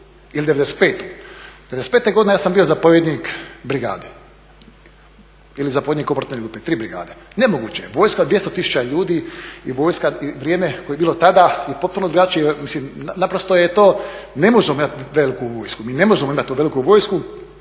95. 95. godine ja sam bio zapovjednik brigade ili zapovjednik … tri brigade, nemoguće je, vojska od 200 tisuća ljudi i vrijeme koje je bilo tada je potpuno drugačije, mislim naprosto je to, ne možemo imati veliku vojsku, mi ne možemo imati tu veliku vojsku,